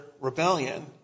rebellion